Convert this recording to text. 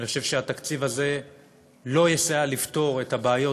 אני חושב שהתקציב הזה לא יסייע לפתור את הבעיות